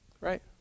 Right